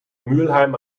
mülheim